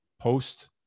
post